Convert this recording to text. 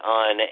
on